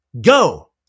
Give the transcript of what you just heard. Go